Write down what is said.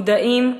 מודעים ומעורבים.